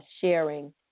sharing